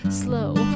slow